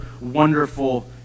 wonderful